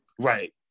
Right